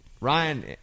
Ryan